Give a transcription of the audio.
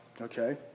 okay